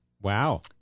Wow